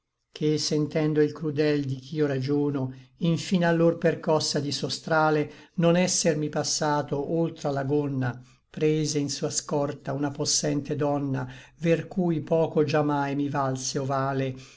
ché sentendo il crudel di ch'io ragiono infin allor percossa di suo strale non essermi passato oltra la gonna prese in sua scorta una possente donna ver cui poco già mai mi valse o vale